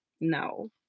No